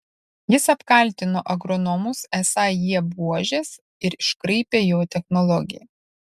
jis apkaltino agronomus esą jie buožės ir iškraipę jo technologiją